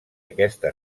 aquesta